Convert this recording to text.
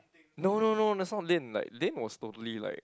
no no no that's not Lynn like Lynn was totally like